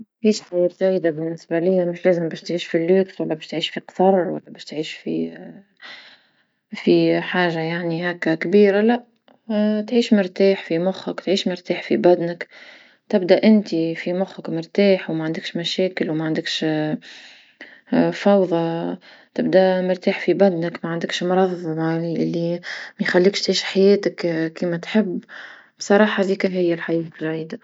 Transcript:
باش تعيش بنسبة ليا مش لازم تعيش في فخامة ولا باش تعيش في قصر ولا باش تعيش في في حاجة يعني هكا كبيرة لا، تعيش مرتاح في مخك تعيش مرتاح في بدنك تبدا انت في مخك مرتاح وما عندكش مشاكل وما عندكش فوضى تبدا مرتاح في بدنك ما عندكش مرض اللي ما يخليكش تعيش حياتك كيما تحب، بصراحة هذيك هيا الحياة جيدة.